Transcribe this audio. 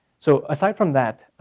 so, aside from that,